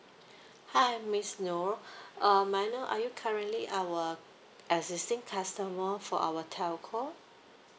hi miss nor uh may I know are you currently our existing customer for our telco